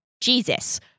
Jesus